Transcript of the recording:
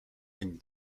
ani